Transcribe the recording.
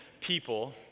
people